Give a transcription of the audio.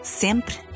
sempre